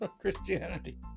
Christianity